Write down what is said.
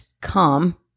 come